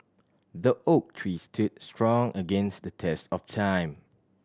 the oak tree stood strong against the test of time